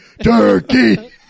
Turkey